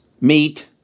meat